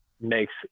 makes